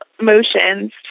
motions